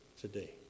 today